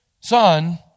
son